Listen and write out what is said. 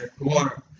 Water